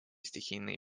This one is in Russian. стихийные